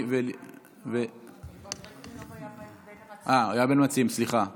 הוא היה בין המציעים, סליחה.